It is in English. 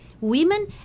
Women